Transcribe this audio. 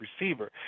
receiver